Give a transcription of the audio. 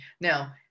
Now